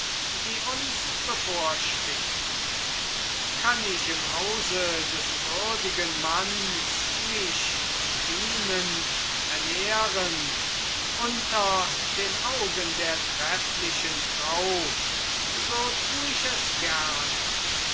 die uns bevorsteht kann ich im hause des würdigen manns mich dienend ernähren unter den augen der trefflichen frau so tu ich es gerne